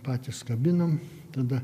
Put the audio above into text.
patys kabinom tada